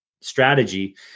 strategy